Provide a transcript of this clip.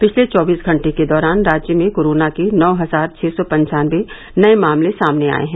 पिछले चौबीस घंटे के दौरान राज्य में कोरोना के नौ हजार छह सौ पनचांनवे नये मामले सामने आये हैं